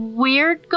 weird